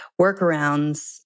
workarounds